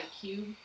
cube